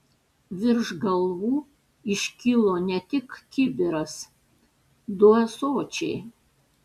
virš galvų iškilo ne tik kibiras du ąsočiai